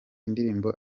indirimbo